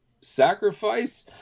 Sacrifice